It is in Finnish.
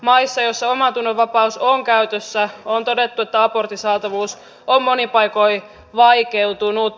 maissa joissa omantunnonvapaus on käytössä on todettu että abortin saatavuus on monin paikoin vaikeutunut